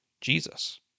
Jesus